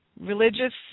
religious